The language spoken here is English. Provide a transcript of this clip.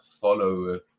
follow